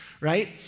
right